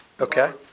Okay